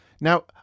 now